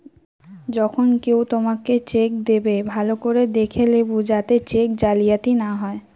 যখন কেও তোমাকে চেক দেবে, ভালো করে দেখে লেবু যাতে চেক জালিয়াতি না হয়